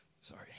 sorry